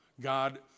God